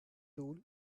tool